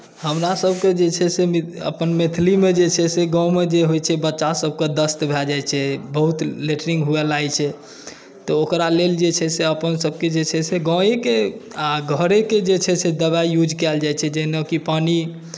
हमरासभके जे छै से अपन मैथिलीमे जे छै से गाँवमे जे होइत छै बच्चासभकेँ दस्त भए जाइत छै बहुत लेटरिन हुए लागैत छै तऽ ओकरा लेल जे छै से अपनसभके जे छै से गाँवेके आ घरेके जे छै से दवाइ यूज कयल जाइत छै जेनाकि पानी